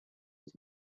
his